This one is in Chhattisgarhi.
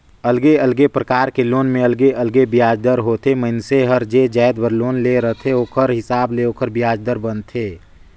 अलगे अलगे परकार के लोन में अलगे अलगे बियाज दर ह होथे, मइनसे हर जे जाएत बर लोन ले रहथे ओखर हिसाब ले ओखर बियाज दर बनथे